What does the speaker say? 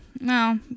no